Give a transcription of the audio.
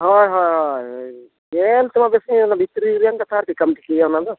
ᱦᱳᱭ ᱦᱳᱭ ᱧᱮᱞ ᱛᱮᱦᱚᱸ ᱯᱟᱥᱮᱡ ᱵᱷᱤᱛᱨᱤ ᱨᱮᱱᱟᱜ ᱠᱟᱛᱷᱟ ᱪᱤᱠᱟᱹᱢ ᱴᱷᱤᱠᱟᱹᱭᱟ ᱚᱱᱟᱫᱚ